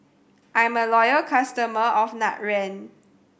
I'm a loyal customer of Nutren